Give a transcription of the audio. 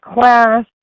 class